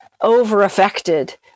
over-affected